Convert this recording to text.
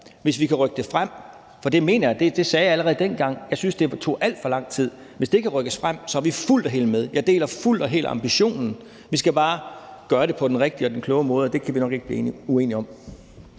hvis vi kan rykke det frem – for jeg mener, og det sagde jeg allerede dengang, at det tager alt for lang tid – så er vi fuldt og helt med. Jeg deler fuldt og helt ambitionen. Vi skal bare gøre det på den rigtige og kloge måde. Og det kan vi nok ikke blive uenige om.